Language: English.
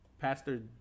Pastor